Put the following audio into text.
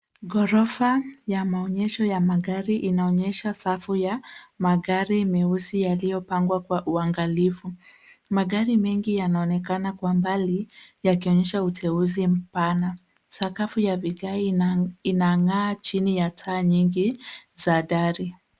Gorofa ya maonyesho ya magari inaonyesha safu ya magari meusi yaliyo pangwa kwa uangalifu magari mengi yanaonekana kwa mbali yakionyesha uteuzi mpana sakafu ya viage inangaa chini ya taa nyingi za dari.